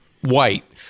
white